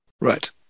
Right